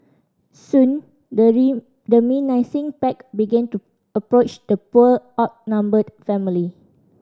soon the the pack began to approach the poor outnumbered family